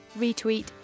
retweet